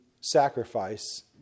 sacrifice